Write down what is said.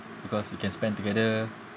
because we can spend together